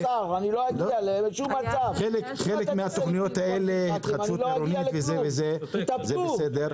של התחדשות עירונית וזה וזה, זה בסדר.